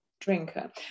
drinker